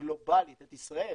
את ישראל,